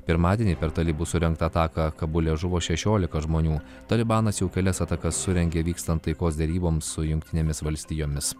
pirmadienį per talibų surengtą ataką kabule žuvo šešiolika žmonių talibanas jau kelias atakas surengė vykstant taikos deryboms su jungtinėmis valstijomis